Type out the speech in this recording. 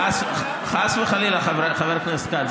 חס וחלילה, חבר הכנסת כץ.